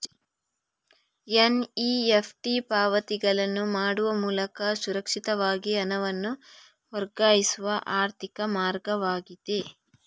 NEFT ಪಾವತಿಗಳನ್ನು ಮಾಡುವ ಮೂಲಕ ಸುರಕ್ಷಿತವಾಗಿ ಹಣವನ್ನು ವರ್ಗಾಯಿಸುವ ಆರ್ಥಿಕ ಮಾರ್ಗವಾಗಿದೆ